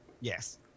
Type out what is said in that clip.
Yes